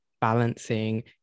balancing